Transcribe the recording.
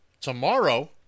tomorrow